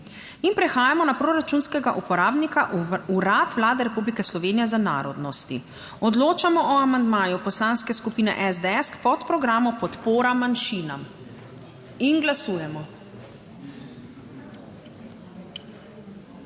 in prehajamo na proračunskega uporabnika Urad Vlade Republike Slovenije za narodnosti. Odločamo o amandmaju Poslanske skupine SDS k podprogramu Podpora manjšinam.